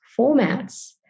formats